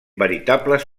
veritables